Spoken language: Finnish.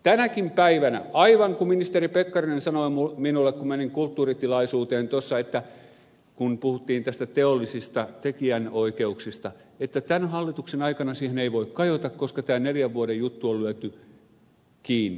tänäkin päivänä aivan kuten ministeri pekkarinen sanoi minulle kun menin kulttuuritilaisuuteen tuossa ja kun puhuttiin näistä teollisista tekijänoikeuksista että tämän hallituksen aikana siihen ei voi kajota koska tämä neljän vuoden juttu on lyöty kiinni